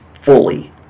fully